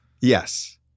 Yes